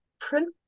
print